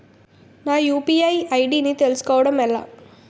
నా UPI ID ని తెలుసుకోవడం ఎలా?